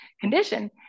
condition